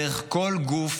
דרך כל גוף,